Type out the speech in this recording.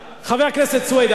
חבר הכנסת סוייד,